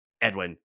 Edwin